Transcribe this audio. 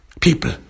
people